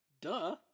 Duh